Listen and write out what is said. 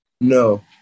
No